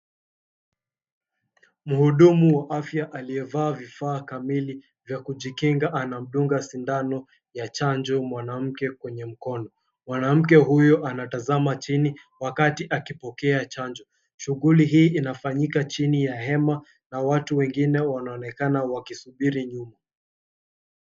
Mhudumu wa afya aliyevaa vifaa kamili vya kujikinga anamdunga sindano ya chanjo mwanamke kwenye mkono. Mwanamke huyo anatazama chini wakati akipokea chanjo. Shughuli hii inafinyika chini ya hema wakisubiri nyuma.